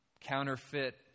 counterfeit